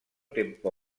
tempo